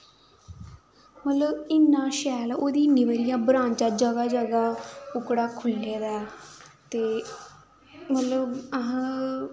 मतलव इन्ना शैल ओह्दी इन्नी बदी बधियै ब्रांचां जगाह् जगाह् ओहकड़ा खुल्ले दा ऐ ते मतलव अस